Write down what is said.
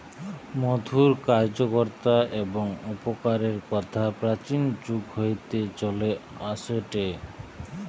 মধুর কার্যকতা এবং উপকারের কথা প্রাচীন যুগ হইতে চলে আসেটে